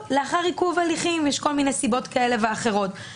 לאחר עיכוב הליכים יש כל מיני סיבות כאלה ואחרות.